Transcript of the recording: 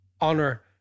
honor